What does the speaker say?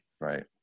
right